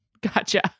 Gotcha